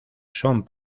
son